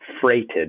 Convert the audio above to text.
freighted